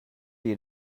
you